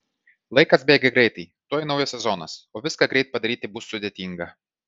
laikas bėga greitai tuoj naujas sezonas o viską greit padaryti bus sudėtinga